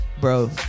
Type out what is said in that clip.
Bro